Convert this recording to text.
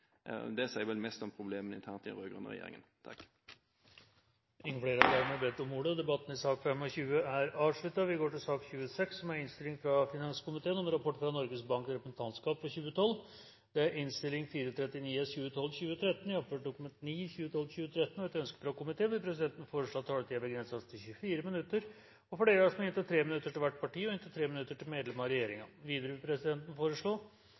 Det sier vel mest om problemene internt i den rød-grønne regjeringen. Flere har ikke bedt om ordet til sak nr. 25. Etter ønske fra finanskomiteen vil presidenten foreslå at taletiden begrenses til 24 minutter og fordeles med inntil 3 minutter til hvert parti og inntil 3 minutter til medlem av regjeringen. Videre vil presidenten foreslå